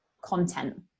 content